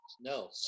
No